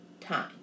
time